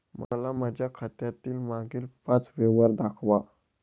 मला माझ्या खात्यातील मागील पांच व्यवहार दाखवा